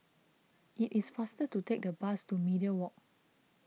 it is faster to take the bus to Media Walk